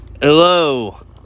Hello